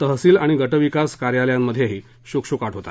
तहसील आणि गटविकास कार्यालयातही शुकशुकाट होता